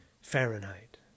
Fahrenheit